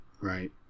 Right